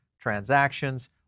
transactions